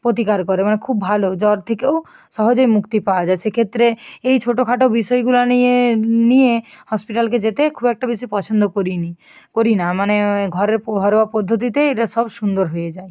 প্রতিকার করে মানে খুব ভালো জ্বর থেকেও সহজেই মুক্তি পাওয়া যায় সেক্ষেত্রে এই ছোটো খাটো বিষয়গুলা নিয়ে নিয়ে হসপিটালকে যেতে খুব একটা বেশি পছন্দ করি নি করি না মানে ঘরের পো ঘরোয়া পদ্ধতিতেই এটার সব সুন্দর হয়ে যায়